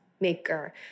maker